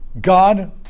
God